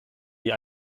wie